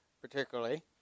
particularly